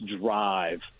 drive